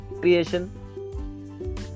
creation